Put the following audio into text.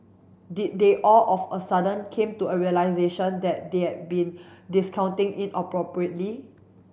did they all of a sudden came to a realisation that they had been discounting inappropriately